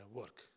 work